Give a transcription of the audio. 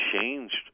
changed